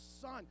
son